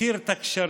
התיר את הקשרים,